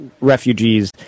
refugees